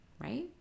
Right